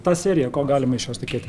ta serija ko galima iš jos tikėtis